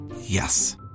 Yes